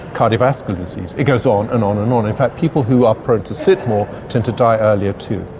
cardiovascular disease. it goes on and on and on. in fact people who are prone to sit more tend to die earlier too.